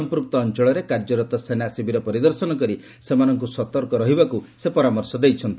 ସମ୍ପୁକ୍ତ ଅଞ୍ଚଳରେ କାର୍ଯ୍ୟରତ ସେନା ଶିବିର ପରିଦର୍ଶନ କରି ସେମାନଙ୍କୁ ସତର୍କ ରହିବାକୁ ସେ ପରାମର୍ଶ ଦେଇଛନ୍ତି